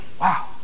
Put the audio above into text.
wow